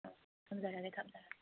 ꯎꯝ ꯊꯝꯖꯔꯒꯦ ꯊꯝꯖꯔꯒꯦ